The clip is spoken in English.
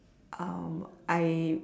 I